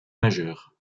majeure